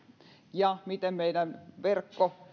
ja sen miten meillä verkko